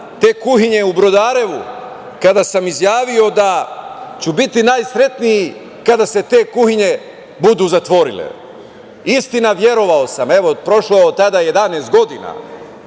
te kuhinje u Brodarevu, kada sam izjavio da ću biti najsretniji kada se te kuhinje budu zatvorile. Istina verovao sam. Evo, od tada je prošlo